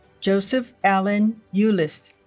joseph allen euliss